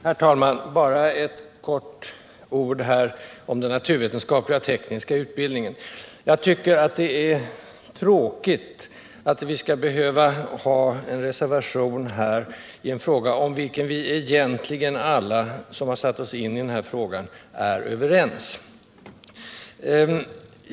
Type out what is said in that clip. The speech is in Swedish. Herr talman! Bara ett par ord om den naturvetenskapliga och tekniska utbildningen. Jag tycker att det är tråkigt att man skall behöva ha en reservation i en fråga, om vilken vi alla som satt oss in i den egentligen är överens.